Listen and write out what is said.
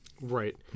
Right